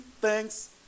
thanks